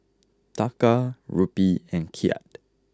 Taka Rupee and Kyat